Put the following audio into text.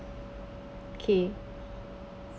okay